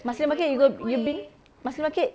marsiling market you go you've been